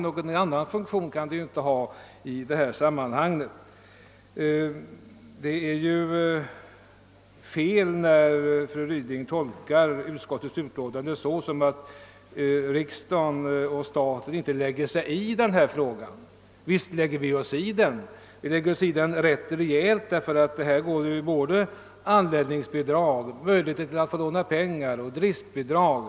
Fru Ryding har fel när hon tolkar utskottets utlåtande så, att riksdag och regering inte lägger sig i frågan om barntillsynen. Visst lägger sig regering och riksdag i denna fråga och det ganska ordentligt. Det finns ju anordningsbidrag, möjligheter att låna pengar och driftbidrag.